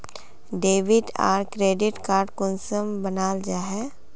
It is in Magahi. डेबिट आर क्रेडिट कार्ड कुंसम बनाल जाहा?